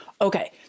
okay